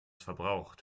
verbraucht